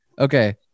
Okay